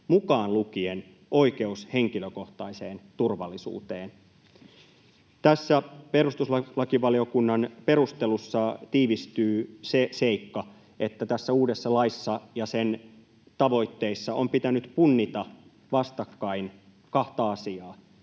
mukaan lukien oikeus henkilökohtaiseen turvallisuuteen.” Tässä perustuslakivaliokunnan perustelussa tiivistyy se seikka, että tässä uudessa laissa ja sen tavoitteissa on pitänyt punnita vastakkain kahta asiaa: